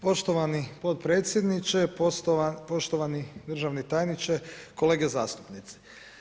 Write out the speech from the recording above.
Poštovani potpredsjedniče, poštovani državni tajniče, kolege zastupnici.